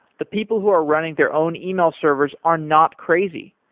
the people who are running their own ah e-mail servers are not crazy.